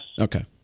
Okay